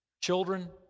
children